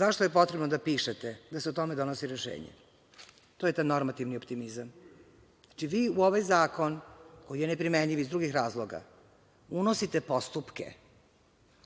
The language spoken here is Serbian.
zašto je potrebno da pišete da se o tome donosi rešenje? To je taj normativni optimizam. Znači, vi u ovaj zakon koji je neprimenljiv iz drugih razloga unosite postupke